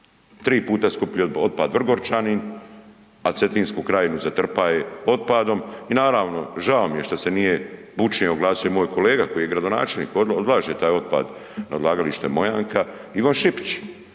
Tri puta skuplji otpad Vrgorčanin, a Cetinsku krajinu zatrpaje otpadom i naravno žao mi je što nije bučnije oglasio moj kolega koji je gradonačelnik odlaže taj otpad na odlagalište Mojanka Ivan Šipić,